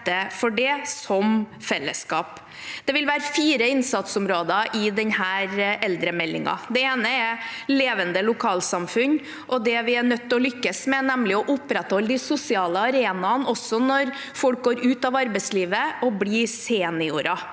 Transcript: for det. Det vil være fire innsatsområder i denne eldremeldingen. Det ene er levende lokalsamfunn. Det vi er nødt til å lykkes med, er nemlig å opprettholde de sosiale arenaene også når folk går ut av arbeidslivet og blir seniorer.